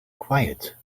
quiet